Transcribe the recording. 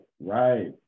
Right